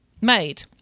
made